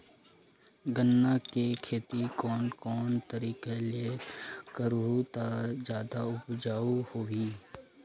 गन्ना के खेती कोन कोन तरीका ले करहु त जादा उपजाऊ होही?